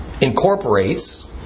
incorporates